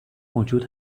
موجود